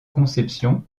conception